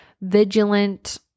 vigilant